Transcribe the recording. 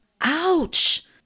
Ouch